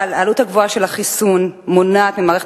אבל העלות הגבוהה של החיסון מונעת ממערכת